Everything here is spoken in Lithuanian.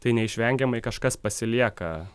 tai neišvengiamai kažkas pasilieka